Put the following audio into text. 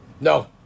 No